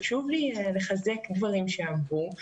חשוב לי לחזק דברים שנאמרו.